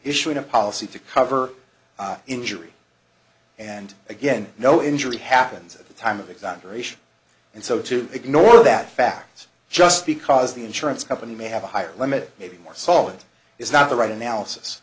issuing a policy to cover injury and again no injury happens at the time of exaggeration and so to ignore that fact is just because the insurance company may have a higher limit maybe more solid is not the right analysis